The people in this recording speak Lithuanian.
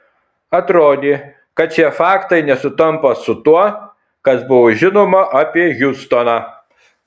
atrodė kad šie faktai nesutampa su tuo kas buvo žinoma apie hiustoną